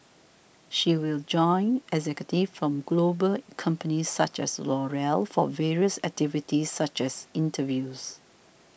she will join executives from global companies such as L'Oreal for various activities such as interviews